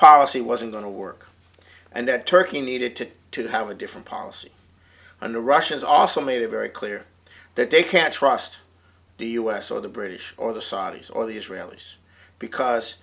policy wasn't going to work and that turkey needed to to have a different policy and the russians also made a very clear that they can't trust the u s or the british or the saudis or the israelis because